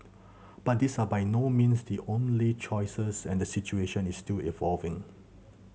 but these are by no means the only choices and the situation is still evolving